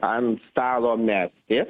ant stalo mesti